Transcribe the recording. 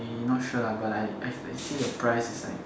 mm not sure lah but I I I see the price is like